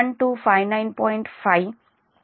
5MWphase